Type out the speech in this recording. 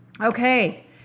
Okay